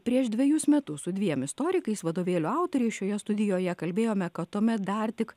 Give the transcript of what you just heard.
prieš dvejus metus su dviem istorikais vadovėlio autoriai šioje studijoje kalbėjome kad tuomet dar tik